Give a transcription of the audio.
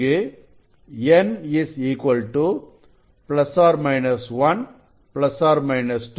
இங்கு n ±1 ±2 ±